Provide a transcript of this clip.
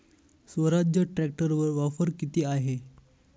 स्वराज्य ट्रॅक्टरवर ऑफर किती आहे?